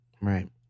Right